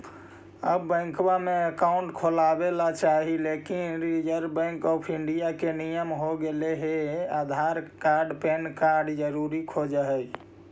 आब बैंकवा मे अकाउंट खोलावे ल चाहिए लेकिन रिजर्व बैंक ऑफ़र इंडिया के नियम हो गेले हे आधार कार्ड पैन कार्ड जरूरी खोज है?